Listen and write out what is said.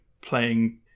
playing